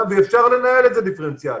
ואפשר לנהל את זה דיפרנציאלית,